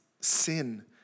sin